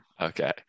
Okay